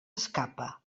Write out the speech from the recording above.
escapa